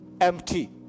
empty